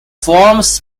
forms